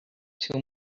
too